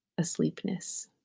asleepness